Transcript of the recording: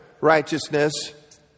righteousness